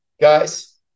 guys